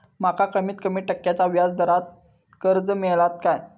माका कमीत कमी टक्क्याच्या व्याज दरान कर्ज मेलात काय?